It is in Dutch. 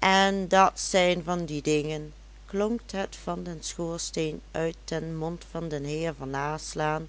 en dat zijn van die dingen klonk het van den schoorsteen uit den mond van den heer van naslaan